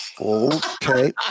okay